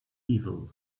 evil